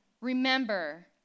Remember